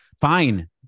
fine